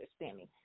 understanding